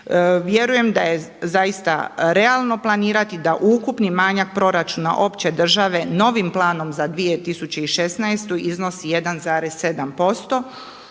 Vjerujem da je zaista realno planirati da ukupni manjak proračuna opće države novim planom za 2016. iznosi 1,7%